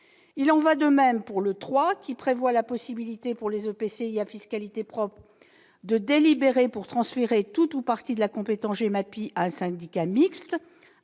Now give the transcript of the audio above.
le III de cet article 1, qui prévoit la possibilité pour les EPCI à fiscalité propre de délibérer pour transférer tout ou partie de la compétence GEMAPI à un syndicat mixte